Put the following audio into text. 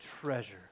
treasure